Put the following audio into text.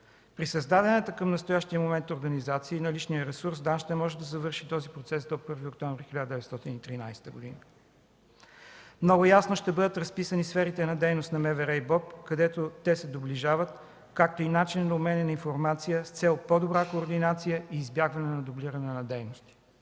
При създадената към настоящия момент организация и наличния ресурс ДАНС ще може да завърши този процес до 1 октомври 2013 г. Много ясно ще бъдат разписани сферите на дейност на МВР и БОП, където те се доближават, както и начинът на обменяне на информация с цел по-добра координация и избягване на дублиране на дейност.